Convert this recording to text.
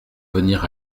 venir